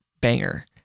banger